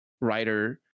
writer